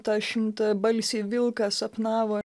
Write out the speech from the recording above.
tą šimtabalsį vilką sapnavo